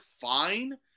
fine